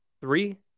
Three